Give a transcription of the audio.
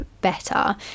better